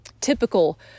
typical